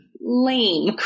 lame